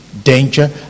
Danger